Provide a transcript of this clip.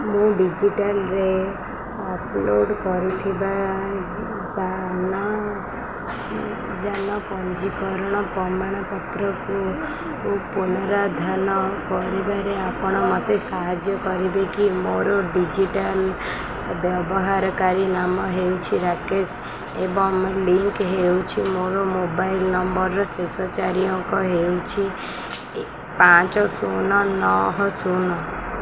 ମୁଁ ଡିଜିଟାଲ୍ରେ ଅପଲୋଡ଼୍ କରିଥିବା ଯାନ ଯାନ ପଞ୍ଜିକରଣ ପ୍ରମାଣପତ୍ରକୁ ପୁନଃଉଦ୍ଧାର କରିବାରେ ଆପଣ ମୋତେ ସାହାଯ୍ୟ କରିପାରିବେ କି ମୋର ଡିଜିଟାଲ୍ ବ୍ୟବହାରକାରୀ ନାମ ହେଉଛି ରାକେଶ ଏବଂ ଲିଙ୍କ ହୋଇଥିବା ମୋ ମୋବାଇଲ ନମ୍ବରର ଶେଷ ଚାରି ଅଙ୍କ ହେଉଛି ପାଞ୍ଚ ଶୂନ ନଅ ଶୂନ